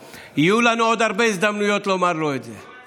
יהיו לנו עוד הרבה הזדמנויות לומר לו את זה.